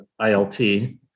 ILT